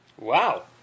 Wow